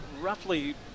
roughly